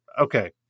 okay